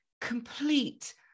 complete